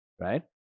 Right